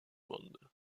monde